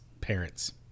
parents